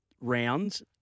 rounds